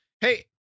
Hey